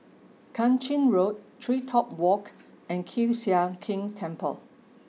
Kang Ching Road TreeTop Walk and Kiew Sian King Temple